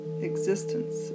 existence